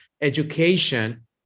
education